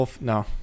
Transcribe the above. No